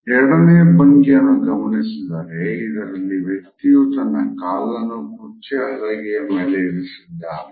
ಎರಡನೇ ಭಂಗಿಯನ್ನು ಗಮನಿಸಿದರೆ ಇದರಲ್ಲಿ ವ್ಯಕ್ತಿಯು ತನ್ನ ಕಾಲನ್ನು ಕುರ್ಚಿಯ ಹಲಗೆಯ ಮೇಲೆ ಇರಿಸಿದ್ದಾನೆ